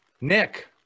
Nick